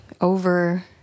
over